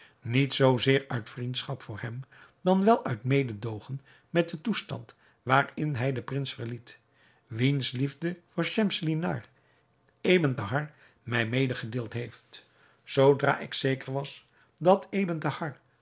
niet zoozeer uit vriendschap voor hem dan wel uit mededoogen met den toestand waarin hij den prins verliet wiens liefde voor schemselnihar ebn thahar mij medegedeeld heeft zoodra ik zeker was dat ebn thahar